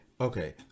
Okay